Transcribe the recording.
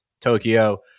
Tokyo